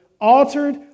altered